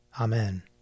Amen